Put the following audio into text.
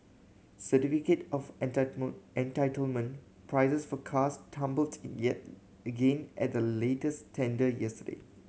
certificate of entitlement prices for cars tumbled yet again at the latest tender yesterday